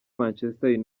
manchester